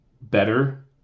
better